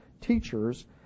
teachers